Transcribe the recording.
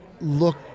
look